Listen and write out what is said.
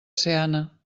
seana